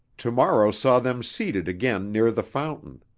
tomorrow saw them seated again near the fountain.